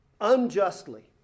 unjustly